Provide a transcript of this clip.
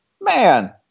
man